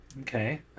Okay